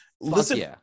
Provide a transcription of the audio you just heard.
Listen